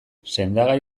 sendagai